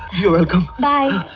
you are welcome. bye.